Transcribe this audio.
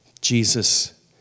Jesus